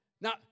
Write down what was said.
Now